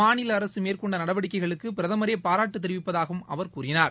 மாநில அரசு மேற்கொன்ட நடவடிக்கைகளுக்கு பிரதமரே பாராட்டு தெரிவிப்பதாகவும் அவர் கூறினார்